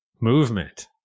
movement